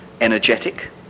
energetic